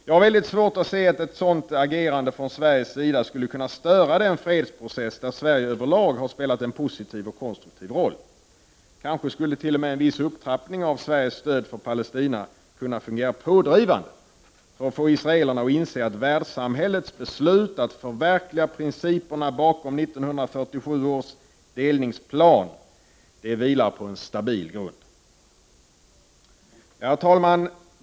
Jag har mycket svårt att se att ett sådant agerande skulle kunna störa den fredsprocess där Sverige över lag har spelat en positiv och konstruktiv roll. Kanske skulle t.o.m. en viss upptrappning av Sveriges stöd för Palestina tvärtom fungera pådrivande för att få israelerna att inse att världssamhällets beslut att förverkliga principerna bakom 1947 års delningsplan vilar på en stabil grund. Herr talman!